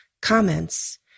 comments